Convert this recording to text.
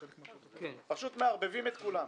פשוט מערבבים את כולם.